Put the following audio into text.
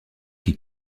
qui